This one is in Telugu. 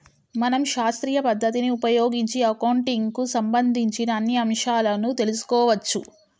మనం శాస్త్రీయ పద్ధతిని ఉపయోగించి అకౌంటింగ్ కు సంబంధించిన అన్ని అంశాలను తెలుసుకోవచ్చు